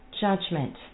judgment